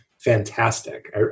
fantastic